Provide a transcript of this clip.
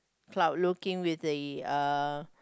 cloud looking with a uh